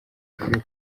ukwiye